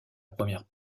première